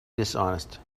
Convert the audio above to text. dishonest